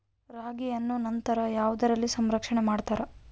ರಾಗಿಯನ್ನು ನಂತರ ಯಾವುದರಲ್ಲಿ ಸಂರಕ್ಷಣೆ ಮಾಡುತ್ತಾರೆ?